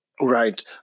Right